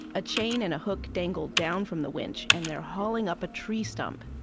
a chain and a hook dangle down from the winch, and they're hauling up a tree stump.